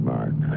Mark